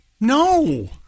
no